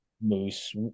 moose